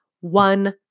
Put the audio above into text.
one